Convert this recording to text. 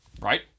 Right